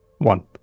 One